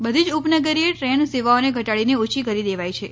બધી જ ઉપનગરીય ટ્રેન સેવાઓને ઘટાડીને ઓછી કરી દેવાઈ છે